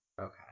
Okay